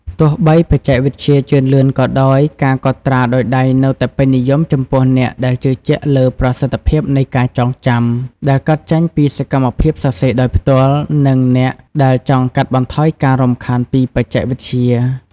ទោះបីបច្ចេកវិទ្យាជឿនលឿនក៏ដោយ ការកត់ត្រាដោយដៃនៅតែពេញនិយមចំពោះអ្នកដែលជឿជាក់លើប្រសិទ្ធភាពនៃការចងចាំដែលកើតចេញពីសកម្មភាពសរសេរដោយផ្ទាល់ និងអ្នកដែលចង់កាត់បន្ថយការរំខានពីបច្ចេកវិទ្យា។